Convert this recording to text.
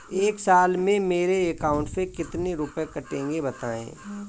एक साल में मेरे अकाउंट से कितने रुपये कटेंगे बताएँ?